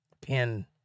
pin